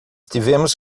tivemos